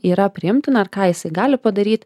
yra priimtina ar ką jisai gali padaryt